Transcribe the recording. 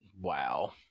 Wow